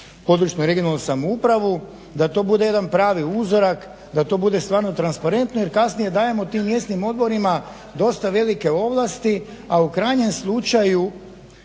područnu (regionalnu) samoupravu, da to bude jedan pravi uzorak, da to bude stvarno transparentno, jer kasnije dajemo tim mjesnim odborima dosta velike ovlasti a u krajnjem slučaju